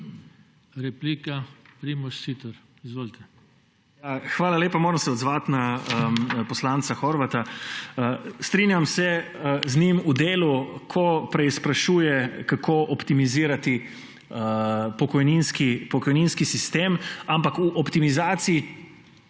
Hvala lepa. Moram se odzvati na poslanca Horvata. Strinjam se z njim v delu, ko preizprašuje, kako optimizirati pokojninski sistem, ampak v optimizaciji